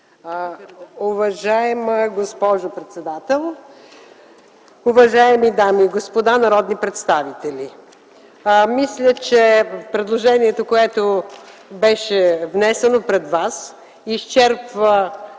Уважаема госпожо председател, уважаеми дами и господа народни представители! Мисля, че предложението, което беше внесено пред вас, изчерпва